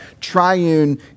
triune